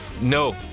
No